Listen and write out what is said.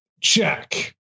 Check